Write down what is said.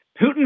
Putin